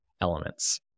elements